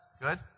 Good